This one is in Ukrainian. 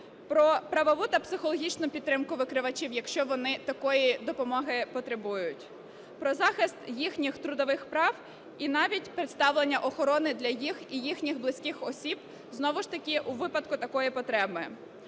про правову та психологічну підтримку викривачів, якщо вони такої допомоги потребують, про захист їхніх трудових прав, і навіть представлення охорони для їх і їхніх близьких осіб, знову ж таки у випадку такої потреби.